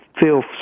feel